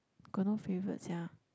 got no favourite sia